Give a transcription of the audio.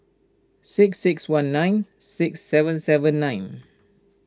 six six one nine six seven seven nine